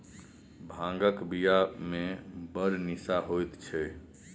भांगक बियामे बड़ निशा होएत छै